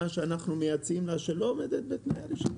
שאנחנו מייצאים אליה שלא עומדת בתנאי הרישיון?